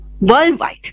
worldwide